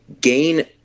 gain